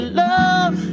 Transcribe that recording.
love